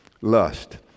lust